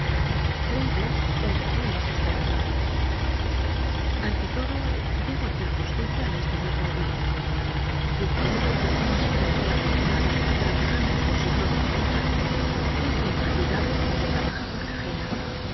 empezó en estos términos ante lodo debo hacer justicia á ir llficawbcr diciendo que si no ha sido muy arortunado trabajando por su propia cuenta es infatigable cuando ira baja por la